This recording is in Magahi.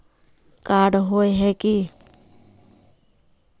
कार्ड होय है की?